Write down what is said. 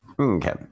Okay